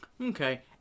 Okay